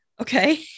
Okay